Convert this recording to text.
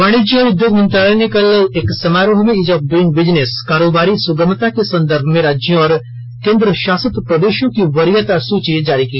वाणिज्य और उद्योग मंत्रालय ने कल एक समारोह में ईज ऑफ ड्इंग बिजनेस कारोबारी सुगमता के संदर्भ में राज्यों और केंद्र शासित प्रदेशों की वरीयता सूची जारी की